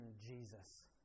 Jesus